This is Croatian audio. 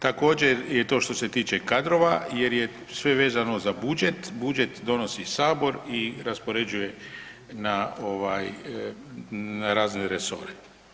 Također, je to što se tiče kadrova jer je sve vezano za budžet, budžet donosi sabor i raspoređuje na ovaj na razne resore.